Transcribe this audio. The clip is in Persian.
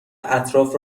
اطراف